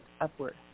upward